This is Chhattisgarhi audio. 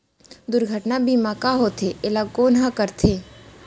दुर्घटना बीमा का होथे, एला कोन ह करथे?